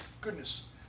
goodness